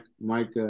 Mike